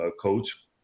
coach